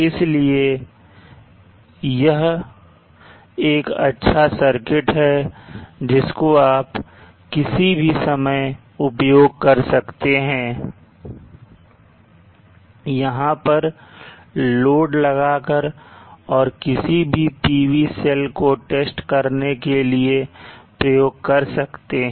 इसलिए यह एक अच्छा सर्किट है जिसको आप किसी भी समय उपयोग कर सकते हैं यहां पर लोड लगाकर और किसी भी PV सेल को टेस्ट करने के लिए प्रयोग कर सकते हैं